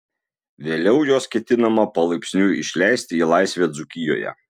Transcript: vėliau juos ketinama palaipsniui išleisti į laisvę dzūkijoje